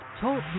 Talk